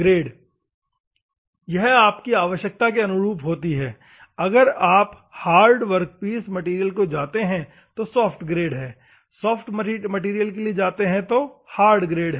grade यह आपकी आवश्यकता के अनुरूप होती है अगर आप हार्ड वर्क पीस मैटेरियल को जाते हैं तो सॉफ्ट ग्रेड है सॉफ्ट मैटेरियल के लिए जाते हैं तो हार्ड ग्रेड